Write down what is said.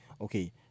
okay